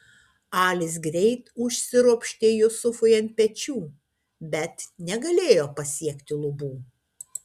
alis greit užsiropštė jusufui ant pečių bet negalėjo pasiekti lubų